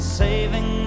saving